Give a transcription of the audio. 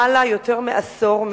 למעלה מעשור,